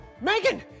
Megan